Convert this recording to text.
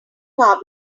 car